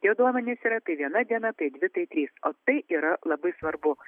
tie duomenys yra tai viena diena tai dvi tai trys o tai yra labai svarbu